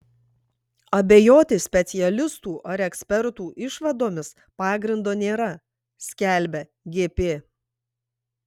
abejoti specialistų ar ekspertų išvadomis pagrindo nėra skelbia gp